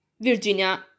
Virginia